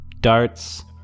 darts